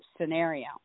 scenario